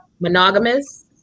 monogamous